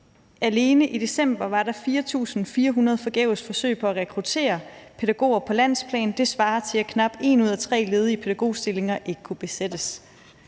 alene i december var der 4.400 forgæves forsøg på at rekruttere pædagoger på landsplan, og det svarer til, at knap en ud af tre ledige pædagogstillinger ikke kunne besættes.